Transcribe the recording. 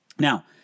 Now